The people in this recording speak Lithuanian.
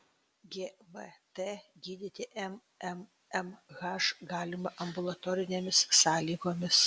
gvt gydyti mmmh galima ambulatorinėmis sąlygomis